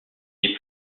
les